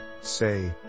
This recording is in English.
say